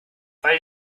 weil